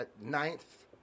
ninth